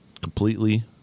completely